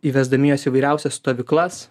įvesdami juos įvairiausias stovyklas